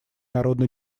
народно